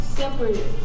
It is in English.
separate